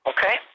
okay